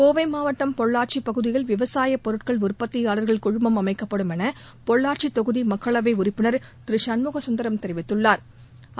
கோவை மாவட்டம் பொள்ளாச்சி பகுதியில் விவசாய பொருட்கள் உற்பத்தியாளா்கள் குழுமம் அமைக்கப்படும் என பொள்ளாச்சி தொகுதி மக்களவை உறுப்பினா் திரு சண்முககந்தரம் தெரிவித்துள்ளாா்